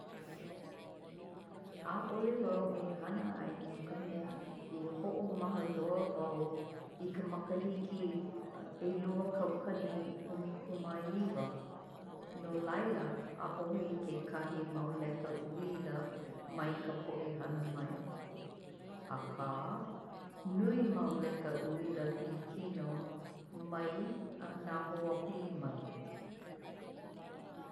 'A'ole wau e hana ai no ka mea i ho'omaha loa au i ka makahiki i 'elua kaukani 'umi kumaeiwa. No laila 'a'ohe i ke kahi mau leka uila mai ka po'e hana mai. Akā, nui mau leka uila pilikino mai nā hoāpili mai.